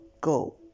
go